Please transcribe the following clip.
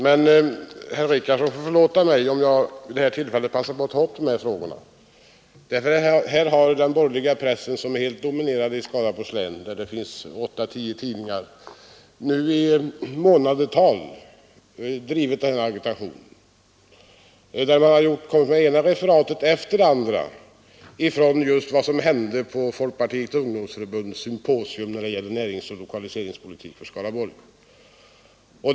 Men herr Richardson får förlåta mig om jag vid det här tillfället passar på att ta upp dessa frågor, för den borgerliga pressen, som är helt dominerande i Skaraborgs län, där det finns åtta—tio tidningar, har nu i månader drivit denna agitation och kommit med det ena referatet efter det andra av vad som hände på Folkpartiets ungdomsförbunds symposium om näringsoch lokaliseringspolitik för Skaraborgs län.